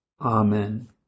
Amen